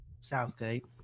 Southgate